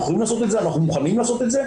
אנחנו יכולים ומוכנים לעשות את זה,